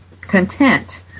content